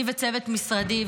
אני וצוות משרדי,